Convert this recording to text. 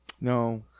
no